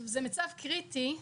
זה מצב קריטי.